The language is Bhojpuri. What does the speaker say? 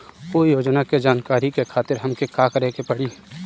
उ योजना के जानकारी के खातिर हमके का करे के पड़ी?